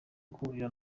guhurira